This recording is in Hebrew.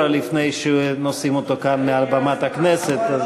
לפני שנושאים אותו כאן מעל במת הכנסת.